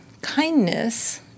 kindness